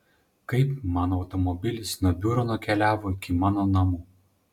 kaip mano automobilis nuo biuro nukeliavo iki mano namų